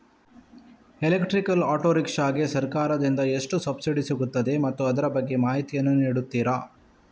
Electrical auto rickshaw ಗೆ ಸರ್ಕಾರ ದಿಂದ ಎಷ್ಟು ಸಬ್ಸಿಡಿ ಸಿಗುತ್ತದೆ ಮತ್ತು ಅದರ ಬಗ್ಗೆ ಮಾಹಿತಿ ಯನ್ನು ನೀಡುತೀರಾ?